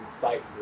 fight